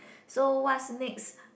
so what's next